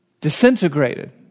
disintegrated